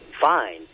Fine